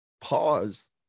Pause